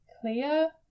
clear